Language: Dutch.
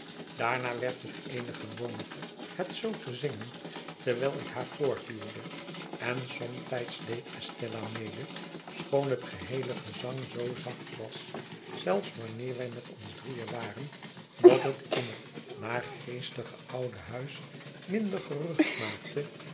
daarna werd het eene gewoonte het zoo te zingen terwijl ik haar voortduwde en somtijds deed estella mede schoon het geheele gezang zoo zacht was zelfs wanneer wij met ons drieen waren dat het in het naargeestige oude huis minder gerucht maakte